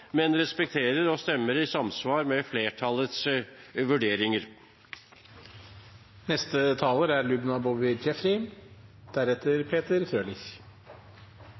men respekterer og stemmer i samsvar med flertallets vurderinger.